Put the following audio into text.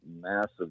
Massive